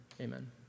Amen